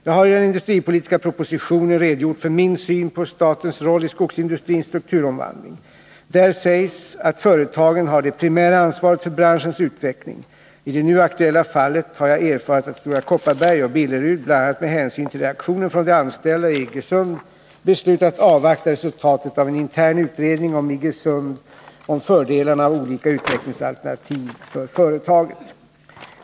Jag har i den industripolitiska propositionen redogjort för min syn på statens roll i skogsindustrins strukturomvandling. Där sägs att företagen har det primära ansvaret för branschens utveckling. I det nu aktuella fallet har jag erfarit att Stora Kopparberg och Billerud, bl.a. med hänsyn till reaktionen från de anställda i Iggesund, beslutat avvakta resultatet av en intern utredning inom Iggesund om fördelarna av olika utvecklingsalternativ för företaget.